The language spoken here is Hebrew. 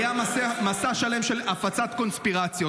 היה מסע שלם של הפצת קונספירציות.